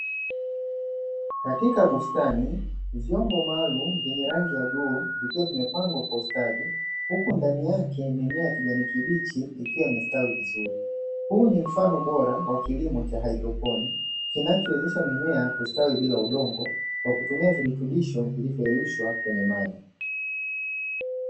Katika bustani yenye mimea ya kijani kibichi